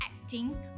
acting